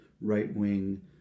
right-wing